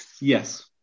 Yes